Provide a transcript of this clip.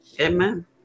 Amen